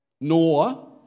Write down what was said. Nor